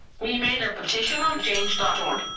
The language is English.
we made a petition on change dot org.